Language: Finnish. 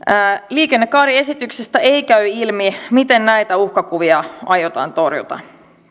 liikennekaariesityksestä ei käy ilmi miten näitä uhkakuvia aiotaan torjua